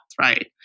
right